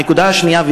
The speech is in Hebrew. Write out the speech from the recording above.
הנקודה השנייה,